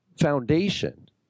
foundation